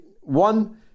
one